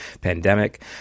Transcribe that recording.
pandemic